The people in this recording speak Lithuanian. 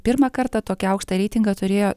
pirmą kartą tokį aukštą reitingą turėjo